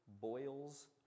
boils